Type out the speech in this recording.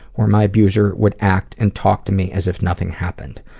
where my abuser would act and talk to me as if nothing happened.